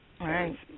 Right